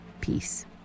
Peace